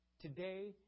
Today